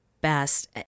best